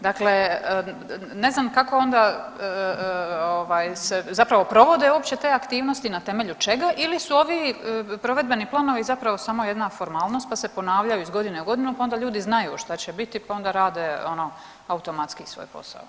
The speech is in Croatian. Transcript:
Dakle ne znam kako onda ovaj se zapravo provode uopće te aktivnosti, na temelju čega ili su ovi provedbeni planovi zapravo samo jedna formalnost, pa se ponavljaju iz godine u godinu, pa onda ljudi znaju šta će biti, pa onda rade ono automatski svoj posao.